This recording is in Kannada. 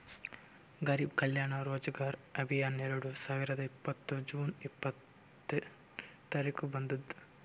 ಗರಿಬ್ ಕಲ್ಯಾಣ ರೋಜಗಾರ್ ಅಭಿಯಾನ್ ಎರಡು ಸಾವಿರದ ಇಪ್ಪತ್ತ್ ಜೂನ್ ಇಪ್ಪತ್ನೆ ತಾರಿಕ್ಗ ಬಂದುದ್